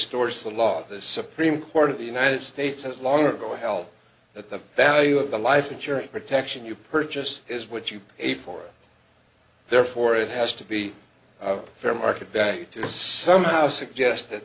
distorts the law the supreme court of the united states has long ago help that the value of the life insurance protection you purchase is what you pay for it therefore it has to be fair market value to somehow suggest